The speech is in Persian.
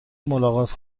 ملاقات